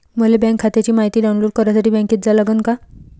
मले बँक खात्याची मायती डाऊनलोड करासाठी बँकेत जा लागन का?